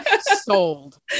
Sold